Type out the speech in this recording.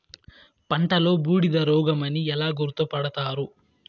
పంటలో బూడిద రోగమని ఎలా గుర్తుపడతారు?